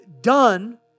done